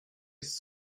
ist